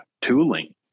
tooling